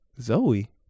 Zoe